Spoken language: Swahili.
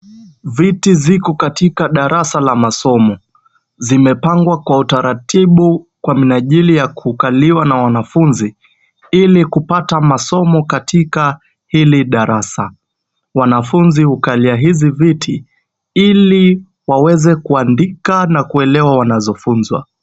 Viti ziko katika darasa la masomo. Zimepangwa kwa utaratibu kwa minajili ya kukaliwa na wanafunzi, ili kupata masomo katika hili darasa. Wanafunzi hukalia hizi viti, ili waweze kuandika na kuelewa wanazofunzwa.